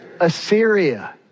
Assyria